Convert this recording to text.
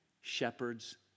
shepherds